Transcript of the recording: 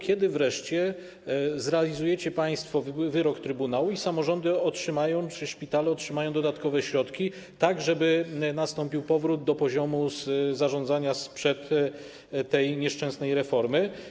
Kiedy wreszcie zrealizujecie państwo wyrok trybunału i samorządy czy szpitale otrzymają dodatkowe środki, żeby nastąpił powrót do poziomu zarządzania sprzed tej nieszczęsnej reformy?